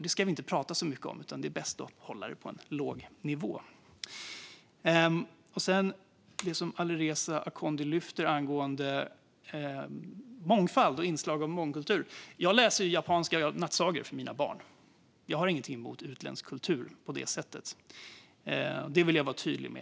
Det ska vi inte prata så mycket om, utan det är bäst att hålla det på en låg nivå." När det gäller det Alireza Akhondi lyfter angående mångfald och inslag av mångkultur vill jag säga att jag läser japanska nattsagor för mina barn. Jag har inget emot utländsk kultur på det sättet. Det vill jag vara tydlig med.